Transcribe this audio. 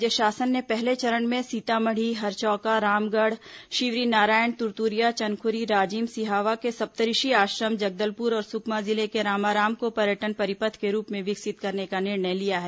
राज्य शासन ने पहले चरण में सीतामढ़ी हरचौका रामगढ़ शिवरीनारायण तुरतुरिया चंदखुरी राजिम सिहावा के सप्तऋषि आश्रम जगदलपुर और सुकमा जिले के रामाराम को पर्यटन परिपथ के रूप में विकसित करने का निर्णय लिया है